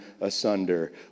asunder